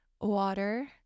water